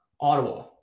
Ottawa